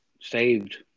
saved